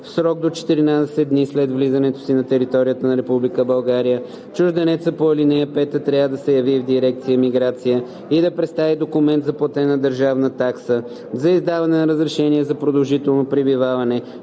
В срок до 14 дни след влизането си на територията на Република България чужденецът по ал. 5 трябва да се яви в дирекция „Миграция“ и да представи документ за платена държавна такса за издаване на разрешение за продължително пребиваване